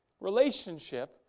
relationship